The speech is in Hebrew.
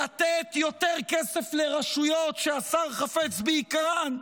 לתת יותר כסף לרשויות שהשר חפץ ביקרן,